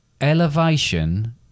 elevation